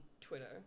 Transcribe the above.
Twitter